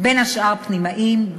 בין השאר פנימאים,